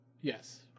yes